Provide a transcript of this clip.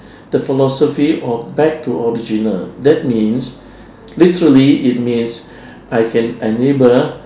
the philosophy of back to original that means literally it means I can enable